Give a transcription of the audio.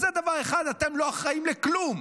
אז זה דבר אחד, אתם לא אחראים לכלום,